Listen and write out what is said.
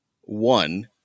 one